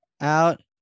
Out